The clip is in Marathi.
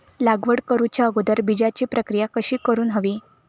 लागवड करूच्या अगोदर बिजाची प्रकिया कशी करून हवी?